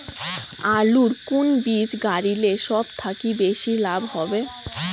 আলুর কুন বীজ গারিলে সব থাকি বেশি লাভ হবে?